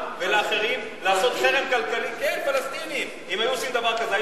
ולאחרים לעשות חרם כלכלי אם היו עושים דבר כזה?